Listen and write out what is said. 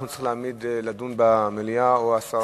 אנחנו נצטרך להעמיד להצבעה אם לדון במליאה או להסיר.